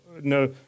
no